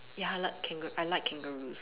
ya I like kanga~ I like kangaroos